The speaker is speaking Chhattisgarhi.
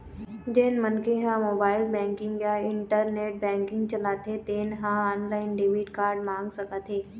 जेन मनखे ह मोबाईल बेंकिंग या इंटरनेट बेंकिंग चलाथे तेन ह ऑनलाईन डेबिट कारड मंगा सकत हे